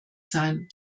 sein